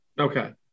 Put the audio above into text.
okay